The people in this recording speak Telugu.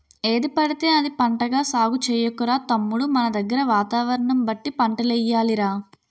ఏదిపడితే అది పంటగా సాగు చెయ్యకురా తమ్ముడూ మనదగ్గర వాతావరణం బట్టి పంటలెయ్యాలి రా